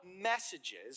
messages